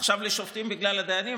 עכשיו לשופטים, בגלל הדיינים?